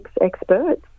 experts